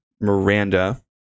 Miranda